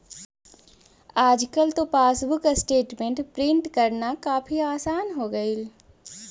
आजकल तो passbook statement print करना काफी आसान हो गईल